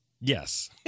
Yes